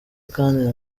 kandi